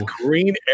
Green